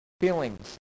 feelings